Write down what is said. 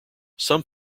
some